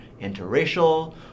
interracial